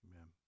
Amen